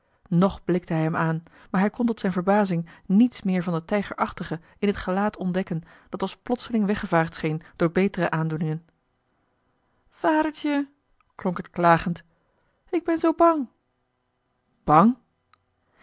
nog blikte hij hem aan maar hij kon tot zijn verbazing niets meer van dat tijgerachtige in het gelaat ontdekken dat als plotseling weggevaagd scheen door betere aandoeningen vadertje klonk het klagend ik ben zoo bang bang